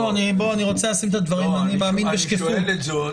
אני שואל את זאת,